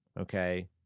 okay